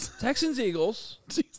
Texans-Eagles